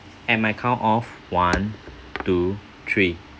at my count of one two three